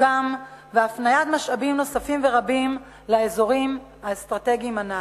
שגשוגם והפניית משאבים נוספים ורבים לאזורים האסטרטגיים הנ"ל.